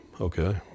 okay